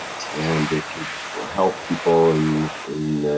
and it could help people in, in.